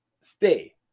stay